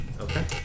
okay